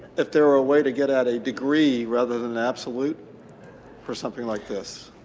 if there were a way to get at a degree rather than absolute for something like this